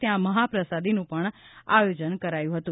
ત્યાં મહાપ્રસાદીનું પણ આયોજન કરાયું હતું